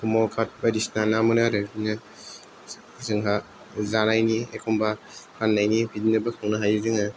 कमलकात बायदिसिना ना मोनो आरो बिदिनो जोंहा जानायनि एखम्बा फान्नायनि बिदिनो बोखांनो हायो जोङो